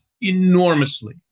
enormously